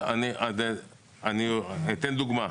אני אתן דוגמה.